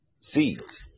seeds